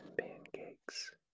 pancakes